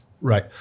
Right